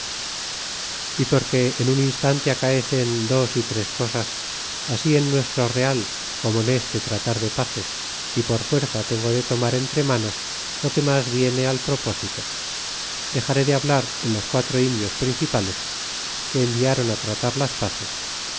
y porque en un instante acaecen dos y tres cosas así en nuestro real como en este tratar de paces y por fuerza tengo de tomar entre manos lo que mas viene al propósito dexaré de hablar en los quatro indios principales que enviaron á tratar las paces